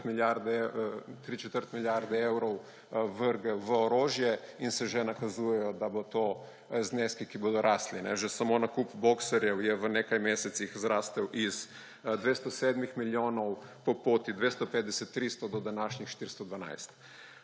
milijarde evrov vrgel v orožje, in se že nakazujejo, da bodo to zneski, ki bo rastli. Že samo nakup boksarjev je v nekaj mesecih zrastel iz 207 milijonov po poti 250, 300 do današnjih 412.